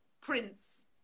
Prince